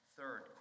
Third